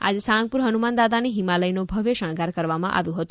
આજે સાળંગપુર હનુમાન દાદાને હિમાલયનો શણગાર કરવામાં આવ્યો હતો